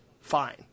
fine